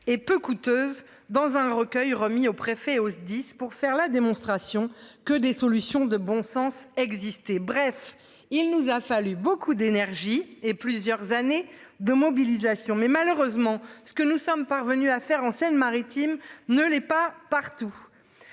et peu coûteuse dans un recueil remis au préfet au SDIS pour faire la démonstration que des solutions de bon sens exister, bref il nous a fallu beaucoup d'énergie et plusieurs années de mobilisation mais malheureusement ce que nous sommes parvenus à faire en Seine Maritime ne l'est pas partout.